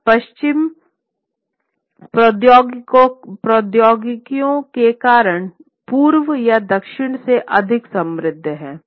आज पश्चिम प्रौद्योगिकियों के कारण पूर्व या दक्षिण से अधिक समृद्ध है